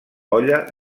olla